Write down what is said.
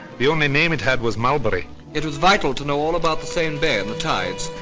the only name it had was mulberry it was vital to know all about the seine bay and the tides.